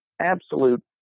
absolute